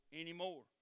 anymore